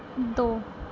ਦੋ